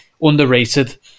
underrated